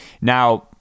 Now